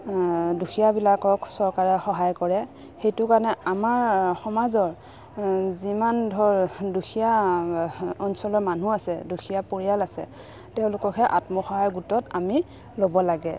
দুখীয়াবিলাকক চৰকাৰে সহায় কৰে সেইটো কাৰণে আমাৰ সমাজৰ যিমান ধৰ দুখীয়া অঞ্চলৰ মানুহ আছে দুখীয়া পৰিয়াল আছে তেওঁলোককহে আত্মসহায়ক গোটত আমি ল'ব লাগে